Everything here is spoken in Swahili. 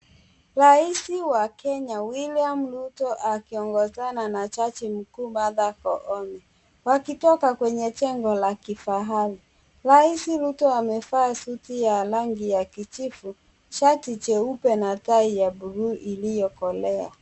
Rais wa Kenya William Ruto akiongozana na jaji mkuu Martha Koome, wakitoka kwenye jengo la kifahari. Rais Ruto amefaa suti ya rangi ya kijivu, shati jeupe na tai ya buluu iliyokolea.